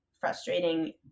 frustrating